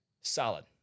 solid